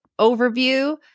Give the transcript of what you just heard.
overview